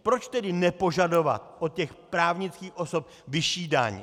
Proč tedy nepožadovat od těch právnických osob vyšší daň?